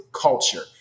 culture